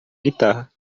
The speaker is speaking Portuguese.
guitarra